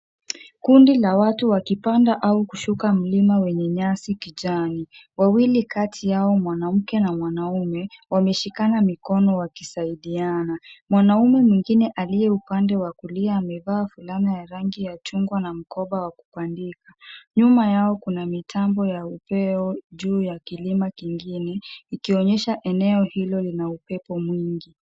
Kundi la watu wakipanda au kushuka mlima wenye nyasi kijani. Wawili kati yao, mwanamke na mwanaume, wameshikana mikono wakisaidiana. Mwanaume mwingine aliye upande wa kulia amevaa fulana ya rangi ya chungwa na mkoba wa kukwandika. Nyuma yao kuna mitambo ya upeo juu ya kilima kingine ikionyesha eneo hilo lina upepo mwingi.